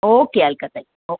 okay अलकाताई okay